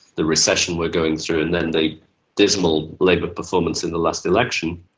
the recession we are going through, and then the dismal labour performance in the last election,